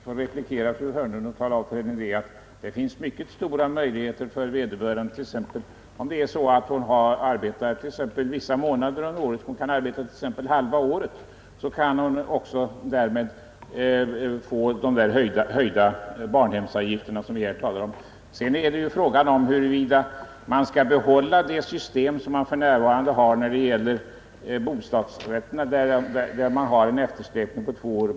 Herr talman! Jag skall be att få replikera fru Hörnlund och tala om för henne att det finns mycket stora möjligheter att vederbörande, t.ex. om hon har arbetat på heltid under vissa månader under året, måste betala dessa höjda daghemsavgifter som vi här talat om. Frågan är sedan huruvida man skall behålla det system som man för närvarande har när det gäller bostadsbidragen, med en eftersläpning på två år.